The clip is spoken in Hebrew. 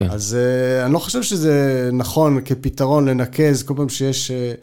אז אני לא חושב שזה נכון כפתרון לנקז, כל פעם שיש...